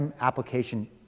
application